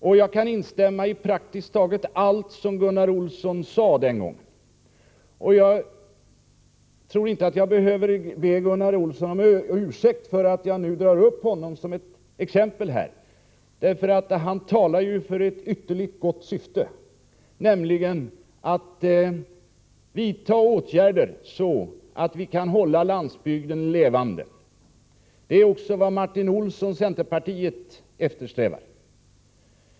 Och jag kan instämma i praktiskt taget allt som Gunnar Olsson sade den gången. Jag tror inte att jag behöver be Gunnar Olsson om ursäkt för att jag nu tar hans uttalanden som ett exempel — han talade ju då för ett ytterligt gott syfte, nämligen åtgärder för att hålla landsbygden levande. Det är också vad jag, liksom Martin Olsson, centerpartiet, eftersträvar.